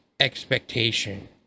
expectation